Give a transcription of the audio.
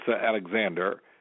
Alexander